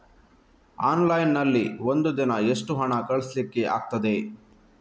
Online ನಲ್ಲಿ ಒಂದು ದಿನ ಎಷ್ಟು ಹಣ ಕಳಿಸ್ಲಿಕ್ಕೆ ಆಗ್ತದೆ?